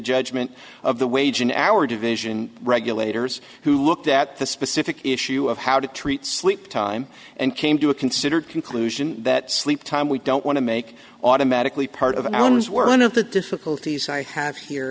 judgment of the wage and hour division regulators who looked at the specific issue of how to treat sleep time and came to a considered conclusion that sleep time we don't want to make automatically part of unknowns were one of the difficulties i have here